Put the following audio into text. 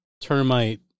termite